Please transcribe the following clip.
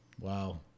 Wow